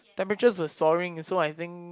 temperature was souring so I think